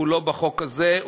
הוא לא בחוק הזה,